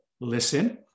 listen